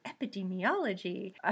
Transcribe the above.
epidemiology